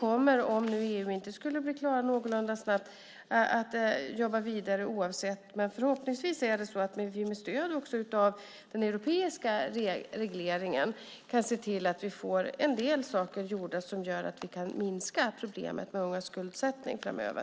Om EU inte blir klart någorlunda snabbt kommer vi att jobba vidare, men förhoppningsvis kan vi med stöd av den europeiska regleringen se till att vi får en del saker gjorda som gör att vi kan minska problemet med ungas skuldsättning framöver.